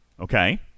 Okay